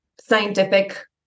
scientific